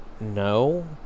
no